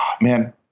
man